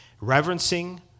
reverencing